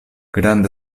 grand